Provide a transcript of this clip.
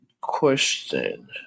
Question